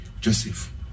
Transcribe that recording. Joseph